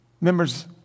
members